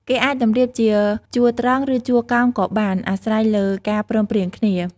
គេអាចតម្រៀបជាជួរត្រង់ ឬជួរកោងក៏បាន អាស្រ័យលើការព្រមព្រៀងគ្នា ។